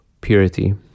purity